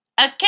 Okay